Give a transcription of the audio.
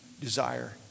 desire